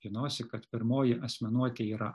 žinosi kad pirmoji asmenuotė yra